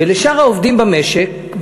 ולשאר העובדים במשק,